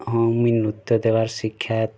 ହଁ ମୁଇଁ ନୃତ୍ୟ ଦେବାର୍ ଶିକ୍ଷା